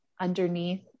underneath